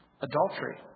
Adultery